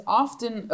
often